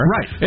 Right